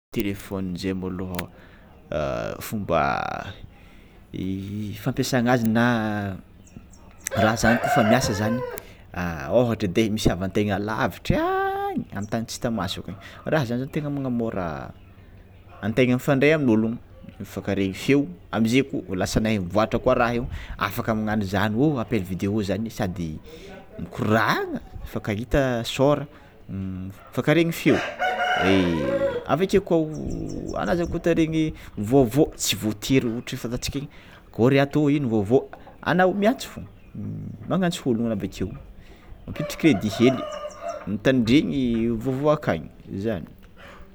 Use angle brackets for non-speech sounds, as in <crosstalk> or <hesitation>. Telephone zay môlô <hesitation> fômba fampiasagna azy na raha zany kôfa miasa ôhatra edy e misy havategna alavitra any amy tany tsita maso, raha zany tegna magnamôra antegna mifandray amin'ôlo mifakaregny feo amizay koa lasa nahay nivoatra koa raha io afaka managnano zany ô appel vidéo sady mikoragna mifankahita sôra, mifankaregny feo avekeo kô ana zany ko te haregny vôvô tsy voatery ohatra fataotsika i akôry atô ino vôvô, anao miantso fô magnantso ologno anao avakeo mampiditry crédit hely mitandregny vôvô akagny izany.